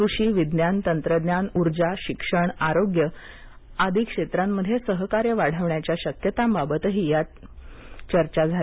कृषी विज्ञान तंत्रज्ञान ऊर्जा शिक्षण आरोग्य या क्षेत्रातसहकार्य वाढवण्याच्या शक्यता बाबत चर्चा झाली